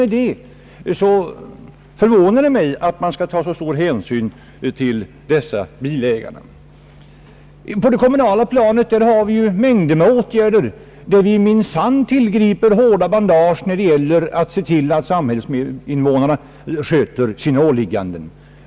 Därför förvånar det mig att man skall ta så stor hänsyn till dessa bilägare. På det kommunala planet har vi många gånger åtgärder där vi minsann tillgriper hårda bandage när det gäller att se till att medborgarna sköter sina åligganden.